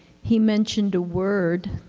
he mentioned a word,